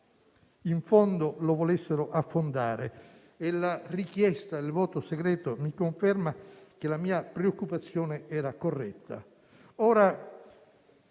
in fondo lo volessero affondare e la richiesta del voto segreto mi conferma che la mia preoccupazione era corretta.